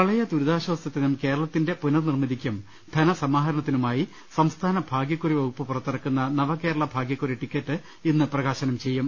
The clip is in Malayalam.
പ്രളയ ദുരിതാശ്ചാസത്തിനും കേരളത്തിന്റെ പുനർനിർമ്മിതിക്കും ധന സമാഹരണത്തിനുമായി സംസ്ഥാന ഭാഗൃക്കുറി വകുപ്പ് പുറത്തിറക്കുന്ന നവകേ രള ഭാഗ്യക്കുറി ടിക്കറ്റ് ഇന്ന് പ്രകാശനം ചെയ്യും